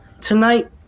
tonight